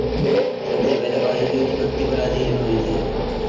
सबसे पहले काजू की उत्पत्ति ब्राज़ील मैं हुई थी